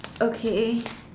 okay